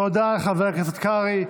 תודה לחבר הכנסת קרעי.